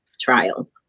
trial